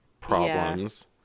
problems